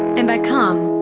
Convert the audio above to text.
and by come,